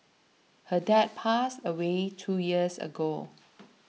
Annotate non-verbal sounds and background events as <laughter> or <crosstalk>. her dad passed away two years ago <noise>